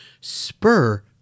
spur